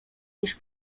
niż